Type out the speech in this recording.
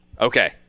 Okay